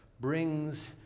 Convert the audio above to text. brings